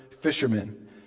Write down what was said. fishermen